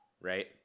right